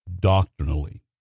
doctrinally